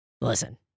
Listen